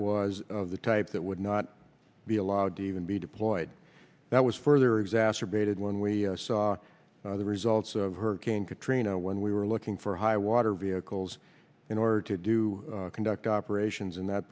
of the type that would not be allowed to even be deployed that was further exacerbated when we saw the results of hurricane katrina when we were looking for high water vehicles in order to do conduct operations in that